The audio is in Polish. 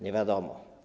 Nie wiadomo.